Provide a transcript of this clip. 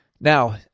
Now